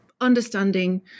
understanding